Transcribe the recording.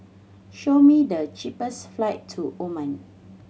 show me the cheapest flight to Oman